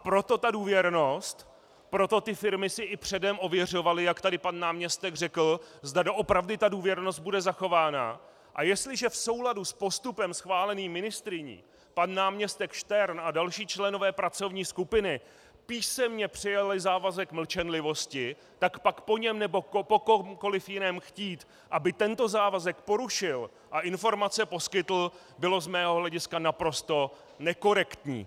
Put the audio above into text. Proto ta důvěrnost, proto si firmy i předem ověřovaly, jak tu pan náměstek řekl, zda doopravdy důvěrnost bude zachována, a jestliže v souladu s postupem schváleným ministryní pan náměstek Štern a další členové pracovní skupiny písemně přijali závazek mlčenlivosti, tak pak po něm nebo po komkoli jiném chtít, aby tento závazek porušil a informace poskytl, bylo z mého hlediska naprosto nekorektní.